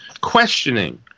questioning